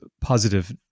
positive